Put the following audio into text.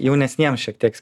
jaunesniems šiek tiek